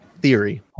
theory